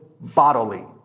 bodily